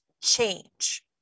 change